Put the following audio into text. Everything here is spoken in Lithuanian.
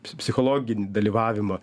psichologinį dalyvavimą